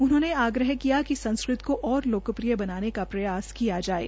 उन्होंने आग्रह किया कि संस्कृत को और लोकप्रिय बनाने का प्रयास किया जाये